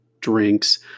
drinks